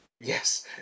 Yes